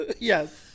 Yes